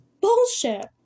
Bullshit